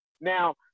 Now